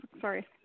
sorry